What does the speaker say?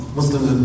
Muslims